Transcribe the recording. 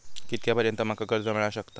कितक्या पर्यंत माका कर्ज मिला शकता?